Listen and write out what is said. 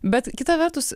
bet kita vertus